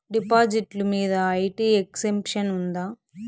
డిపాజిట్లు మీద IT exemption ఉందా?